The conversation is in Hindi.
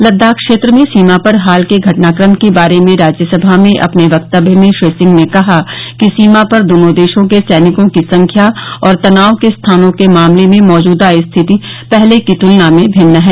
लद्दाख क्षेत्र में सीमा पर हाल के घटनाक्रम के बारे में राज्यसमा में अपने वक्तव्य में श्री सिंह ने कहा कि सीमा पर दोनों देरों के सैनिकों की संख्या और तनाव के स्थानों के मामले में मौजूदा स्थिति पहले की तुलना में भिन्न है